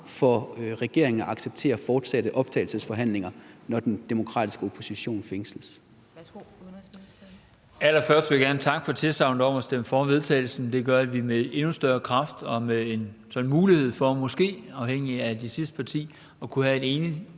for regeringen at acceptere fortsatte optagelsesforhandlinger, når den demokratiske opposition fængsles?